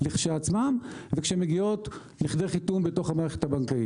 לכשעצמן ומגיעות לכדי חיתום בתוך המערכת הבנקאית.